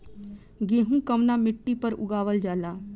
गेहूं कवना मिट्टी पर उगावल जाला?